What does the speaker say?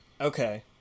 Okay